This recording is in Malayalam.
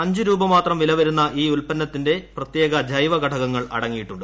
അഞ്ച് രൂപ മാത്രം വില വരുന്ന ഈ ഉൽപ്പന്നത്തിൽ പ്രത്യേക ജൈവ ഘടകങ്ങൾ അടങ്ങിയിട്ടുണ്ട്